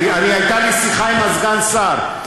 כי הייתה לי שיחה עם סגן השר.